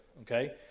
okay